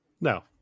No